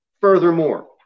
furthermore